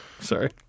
Sorry